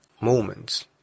moments